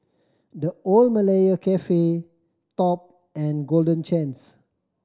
The Old Malaya Cafe Top and Golden Chance